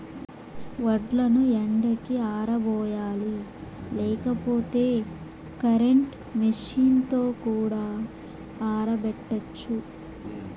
వడ్లను ఎండకి ఆరబోయాలి లేకపోతే కరెంట్ మెషీన్ తో కూడా ఆరబెట్టచ్చు